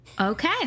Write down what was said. Okay